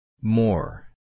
More